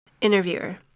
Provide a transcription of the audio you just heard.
Interviewer